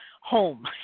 home